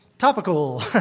Topical